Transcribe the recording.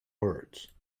words